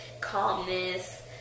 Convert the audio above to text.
calmness